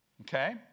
Okay